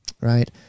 right